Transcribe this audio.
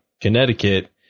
Connecticut